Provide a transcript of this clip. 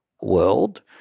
world